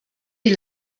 die